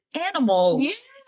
animals